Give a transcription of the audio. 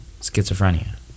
schizophrenia